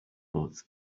but